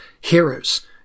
heroes